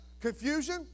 confusion